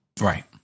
right